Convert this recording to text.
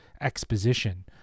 exposition